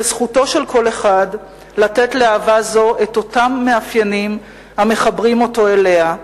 וזכותו של כל אחד לתת לאהבה זו את אותם המאפיינים המחברים אותו אליה,